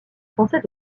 français